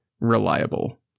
reliable